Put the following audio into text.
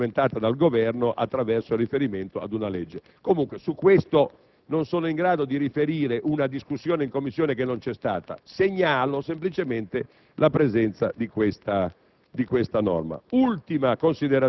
formale legittimità, che è stata documentata dal Governo attraverso il riferimento ad una legge. Comunque, su questo non sono in grado di riferire una discussione in Commissione che non c'è stata; segnalo, semplicemente, la presenza di questa